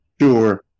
Sure